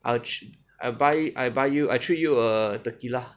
I'll tr~ I buy I buy you I treat you a tequila